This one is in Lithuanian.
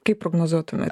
kaip prognozuotumėt